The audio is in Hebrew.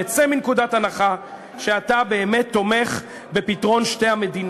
נצא מהנחה שאתה באמת תומך בפתרון שתי המדינות.